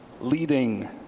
leading